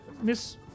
Miss